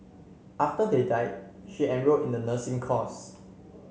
after they died she enrolled in the nursing course